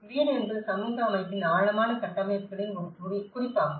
வீடு என்பது சமூக அமைப்பின் ஆழமான கட்டமைப்புகளின் ஒரு குறிப்பாகும்